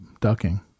Ducking